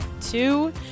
two